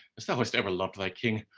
as thou hast ever loved thy king,